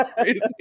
crazy